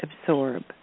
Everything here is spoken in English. absorb